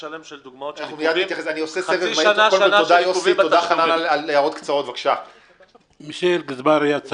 נסגור תקציב גירעוני מראש וניקח